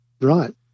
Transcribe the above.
Right